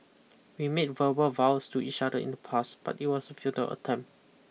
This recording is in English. we made verbal vows to each other in the past but it was a futile attempt